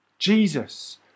Jesus